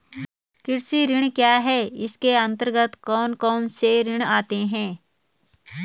कृषि ऋण क्या है इसके अन्तर्गत कौन कौनसे ऋण आते हैं?